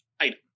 item